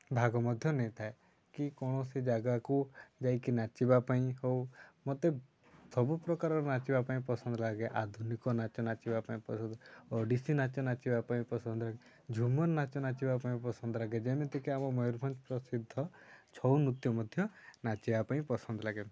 ଭାଗ ମଧ୍ୟ ନେଇଥାଏ କି କୌଣସି ଜାଗାକୁ ଯାଇକି ନାଚିବା ପାଇଁ ହେଉ ମୋତେ ସବୁ ପ୍ରକାର ନାଚିବା ପାଇଁ ପସନ୍ଦ ଲାଗେ ଆଧୁନିକ ନାଚ ନାଚିବା ପାଇଁ ପସନ୍ଦ ଲାଗେ ଓଡ଼ିଶୀ ନାଚ ନାଚିବା ପାଇଁ ପସନ୍ଦ ଲାଗେ ଝୁମର୍ ନାଚ ନାଚିବା ପାଇଁ ପସନ୍ଦ ଲାଗେ ଯେମିତିକି ଆମ ମୟୂରଭଞ୍ଜ ପ୍ରସିଦ୍ଧ ଛଉ ନୃତ୍ୟ ମଧ୍ୟ ନାଚିବା ପାଇଁ ପସନ୍ଦ ଲାଗେ